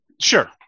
Sure